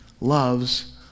loves